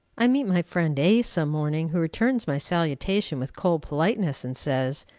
i meet my friend a, some morning, who returns my salutation with cold politeness, and says,